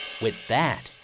with that,